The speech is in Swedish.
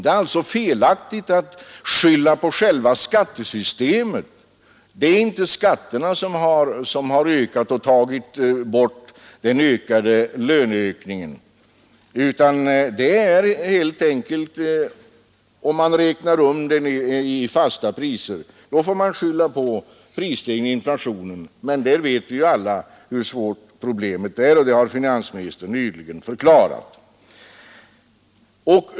Det är alltså felaktigt att skylla på själva skattesystemet. Det är inte skatterna som har ökat och tagit bort löneökningen, utan man får helt enkelt, om man räknar om i fasta priser, skylla på prisstegringen och inflationen. Men vi vet ju alla hur svårt problemet är, och det har finansministern nyligen förklarat.